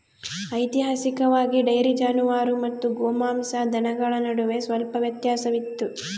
ಐತಿಹಾಸಿಕವಾಗಿ, ಡೈರಿ ಜಾನುವಾರು ಮತ್ತು ಗೋಮಾಂಸ ದನಗಳ ನಡುವೆ ಸ್ವಲ್ಪ ವ್ಯತ್ಯಾಸವಿತ್ತು